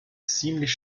ziemlich